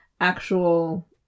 actual